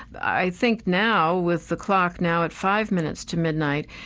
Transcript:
i think now, with the clock now at five minutes to midnight,